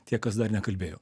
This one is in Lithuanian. tie kas dar nekalbėjo